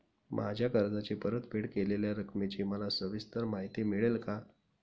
माझ्या कर्जाची परतफेड केलेल्या रकमेची मला सविस्तर माहिती मिळेल का?